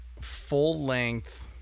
full-length